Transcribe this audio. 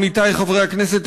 עמיתי חברי הכנסת,